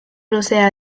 luzea